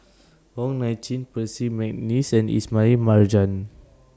Wong Nai Chin Percy Mcneice and Ismail Marjan